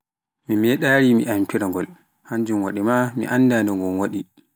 Min ma mi meɗaayi mi amfira ngol hannjun waɗi maa mi annda nonno nga wa'ii.